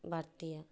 ᱵᱟᱹᱲᱛᱤᱭᱟ